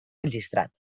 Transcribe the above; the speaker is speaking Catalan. registrat